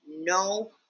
no